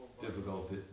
difficult